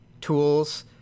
tools